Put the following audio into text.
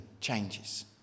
changes